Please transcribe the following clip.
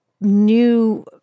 new